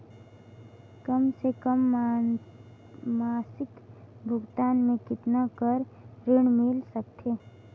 कम से कम मासिक भुगतान मे कतना कर ऋण मिल सकथे?